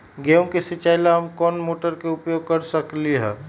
गेंहू के सिचाई ला हम कोंन मोटर के उपयोग कर सकली ह?